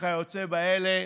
וכיוצא באלה,